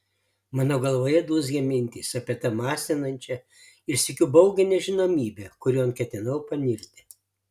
mano galvoje dūzgė mintys apie tą masinančią ir sykiu baugią nežinomybę kurion ketinau panirti